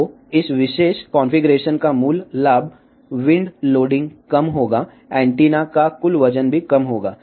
तो इस विशेष कॉन्फ़िगरेशन का मूल लाभ विंड लोडिंग कम होगा एंटीना का कुल वजन भी कम होगा